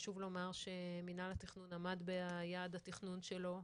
חשוב לומר שמינהל התכנון עמד ביעד התכנון שלו.